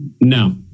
No